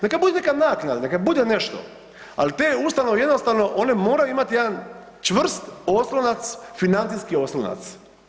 Neka bude neka naknada, neka bude nešto, ali te ustanove jednostavno one moraju imati jedan čvrst oslonac, financijski oslonac.